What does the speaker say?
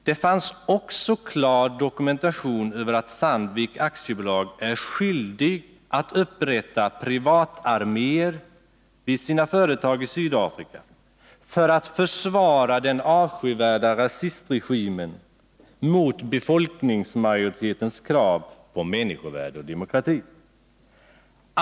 Det fanns också klar dokumentation över att Sandvik AB är skyldigt att upprätta privatarméer vid sina företag i Sydafrika för att försvara den avskyvärda rasistregimen mot befolkningsmajoritetens krav på människovärde och demokrati.